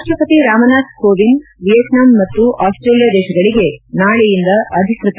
ರಾಷ್ಷಪತಿ ರಾಮನಾಥ್ ಕೋವಿಂದ್ ವಿಯೆಟ್ನಾಂ ಮತ್ತು ಆಸ್ಲೇಲಿಯಾ ದೇಶಗಳಿಗೆ ನಾಳೆಯಿಂದ ಅಧಿಕೃತ